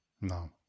No